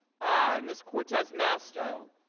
i. ms. cortez musto